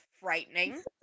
frightening